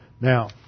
Now